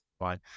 Right